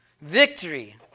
Victory